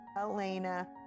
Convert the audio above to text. Elena